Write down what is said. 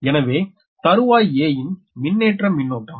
எனவே தருவாய் a ன் மின்னேற்ற மின்னோட்டம்